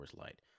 Light